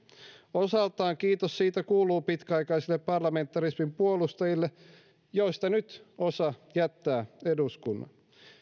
osaltaan kiitos siitä kuuluu pitkäaikaisille parlamentarismin puolustajille joista nyt osa jättää eduskunnan